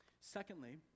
Secondly